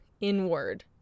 inward